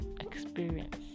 experience